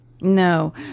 No